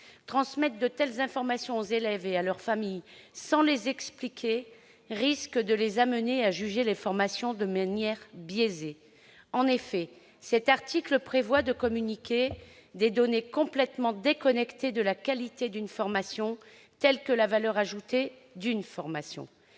Transmettre de telles informations aux élèves et à leur famille sans les expliquer risque de les amener à juger les formations de manière biaisée. En effet, cet article prévoit de communiquer des données complètement déconnectées de la qualité d'une formation, telles que la valeur ajoutée d'une formation.